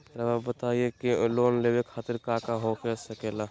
रउआ बताई की लोन लेवे खातिर काका हो सके ला?